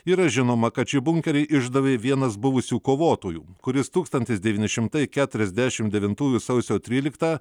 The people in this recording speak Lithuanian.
yra žinoma kad šį bunkerį išdavė vienas buvusių kovotojų kuris tūkstantis devyni šimtai keturiasdešim devintųjų sausio tryliktą